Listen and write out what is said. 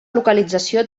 localització